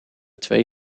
twee